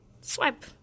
swipe